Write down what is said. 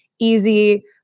easy